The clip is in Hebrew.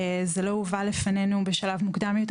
זה לא הובא לפנינו בשלב מקודם יותר,